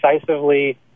decisively